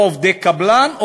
או עובדי קבלן,